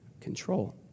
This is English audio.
control